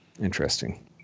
Interesting